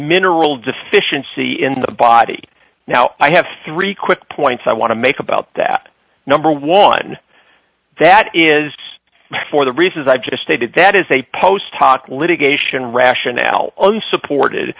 mineral deficiency in the body now i have three quick points i want to make about that number one that is for the reasons i just stated that is a post hoc litigation rationale unsupported